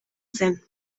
zen